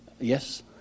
Yes